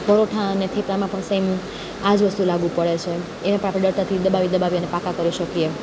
પરોઠા અને થેપલાંમાં પણ એ જ સેમ આ જ વસ્તુ લાગુ પડે છે એને પણ આપણે ડટ્ટાથી દબાવી દબાવીને પાકા કરી શકીએ